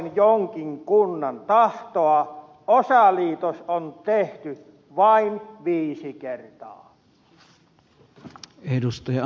vastoin jonkin kunnan tahtoa osaliitos on tehty vain viisi kertaa